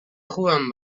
خوبم